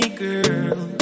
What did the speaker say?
girl